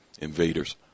invaders